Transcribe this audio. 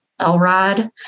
Elrod